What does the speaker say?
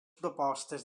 propostes